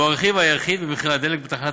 והוא הרכיב היחיד במחיר הדלק בתחנת